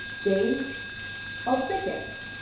james ulcickas.